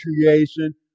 creation